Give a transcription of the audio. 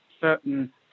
certain